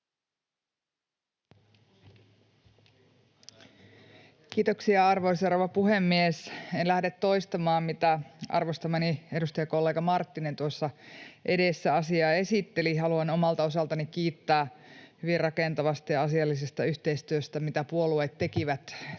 Kiitoksia, arvoisa rouva puhemies! En lähde toistamaan, mitä arvostamani edustajakollega Marttinen tuossa edessä asiaa esitteli. Haluan omalta osaltani kiittää hyvin rakentavasta ja asiallisesta yhteistyöstä, mitä puolueet tekivät